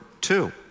two